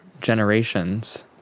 generations